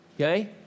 okay